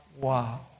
wow